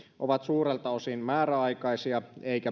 ovat suurelta osin määräaikaisia eivätkä